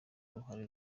uruhare